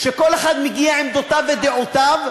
שכל אחד מגיע עם עמדותיו ודעותיו,